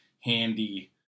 handy